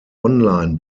online